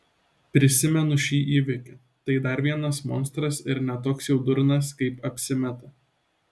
prisimenu šį įvykį tai dar vienas monstras ir ne toks jau durnas kaip apsimeta